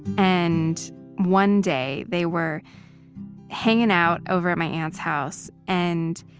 and one day they were hanging out over at my aunt's house and